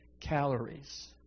calories